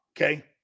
Okay